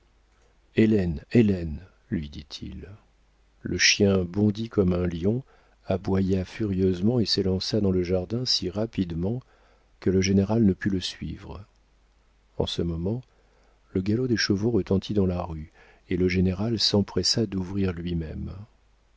lui dit-il le chien bondit comme un lion aboya furieusement et s'élança dans le jardin si rapidement que le général ne put le suivre en ce moment le galop des chevaux retentit dans la rue et le général s'empressa d'ouvrir lui-même